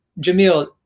Jamil